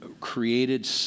created